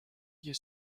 you